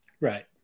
right